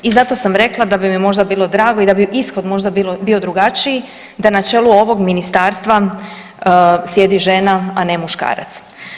I zato sam rekla da bi mi možda bilo drago i da bi ishod možda bio drugačiji da na čelu ovog ministarstva sjedi žena, a ne muškarac.